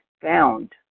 found